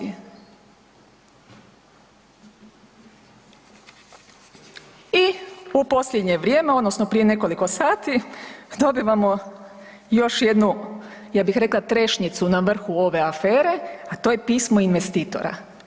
I u posljednje vrijeme, odnosno prije nekoliko sati dobivamo još jednu, ja bih rekla trešnjicu na vrhu ove afere, a to je pismo investitora.